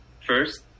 first